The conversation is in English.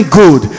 good